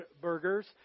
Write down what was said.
burgers